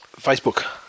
Facebook